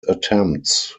attempts